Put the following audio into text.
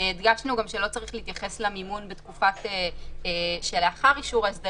הדגשנו גם שלא צריך להתייחס למימון בתקופה שלאחר אישור ההסדר.